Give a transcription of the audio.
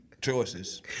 choices